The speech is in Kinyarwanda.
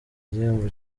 igihembo